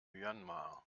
myanmar